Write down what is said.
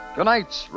Tonight's